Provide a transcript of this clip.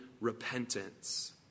repentance